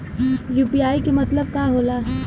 UPI के मतलब का होला?